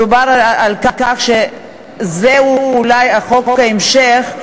מדובר על כך שזהו אולי חוק ההמשך,